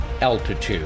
altitude